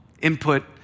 input